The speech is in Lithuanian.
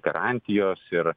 garantijos ir